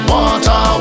Water